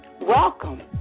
welcome